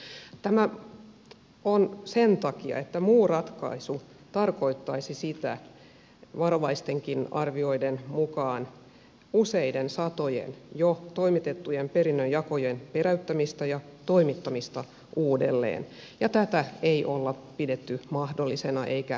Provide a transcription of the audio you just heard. tämä on sen takia että muu ratkaisu tarkoittaisi varovaistenkin arvioiden mukaan useiden satojen jo toimitettujen perinnönjakojen peräyttämistä ja toimittamista uudelleen ja tätä ei olla pidetty mahdollisena eikä järkevänä